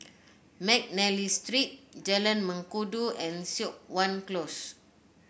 McNally Street Jalan Mengkudu and Siok Wan Close